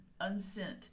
unsent